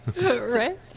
Right